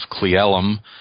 Cleellum